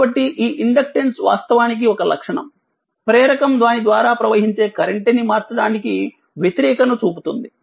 కాబట్టి ఆఇండక్టెన్స్వాస్తవానికి ఒక లక్షణంప్రేరకం దాని ద్వారా ప్రవహించే కరెంట్ ని మార్చడానికి వ్యతిరేకతను చూపుతుంది